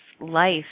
life